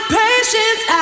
patience